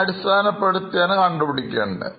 Base അടിസ്ഥാനപ്പെടുത്തിയാണ് കണ്ടുപിടിക്കേണ്ടത്